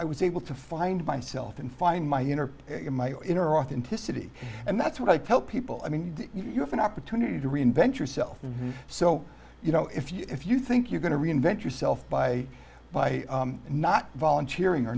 was able to find myself and find my inner my inner authenticity and that's what i tell people i mean you have an opportunity to reinvent yourself so you know if you think you're going to reinvent yourself by by not volunteering or